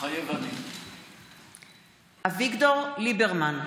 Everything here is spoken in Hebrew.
מתחייב אני אביגדור ליברמן,